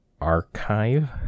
archive